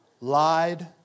lied